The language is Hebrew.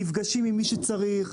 נפגשים עם מי שצריך,